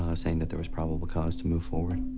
ah saying that there was probable cause to move forward.